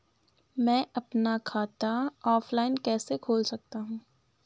मैं अपना खाता ऑफलाइन कैसे खोल सकता हूँ?